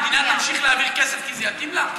המדינה תמשיך להעביר כסף כי זה יתאים לה?